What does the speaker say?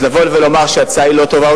אז לבוא ולומר שההצעה היא לא טובה,